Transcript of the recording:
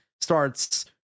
starts